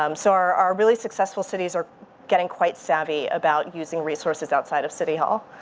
um so our our really successful cities are getting quite savvy about using resources outside of city hall.